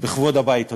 בכבוד הבית הזה,